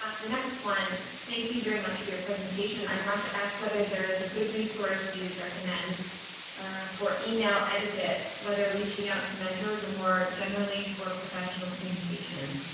ah the next one. thank you very much for your presentation. i want to ask whether there is a good resource you would recommend for email etiquette, whether reaching out to mentors or more generally for professional communication.